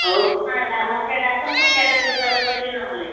ହଉ ତାହେଲେ ଆମର ସେଆଡ଼େ ଆସନ୍ତୁ ସିଆଡ଼େ ବେପାର କରିବେ ନହେଲେ